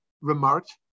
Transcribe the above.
remarked